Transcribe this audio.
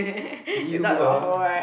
you ah